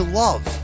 love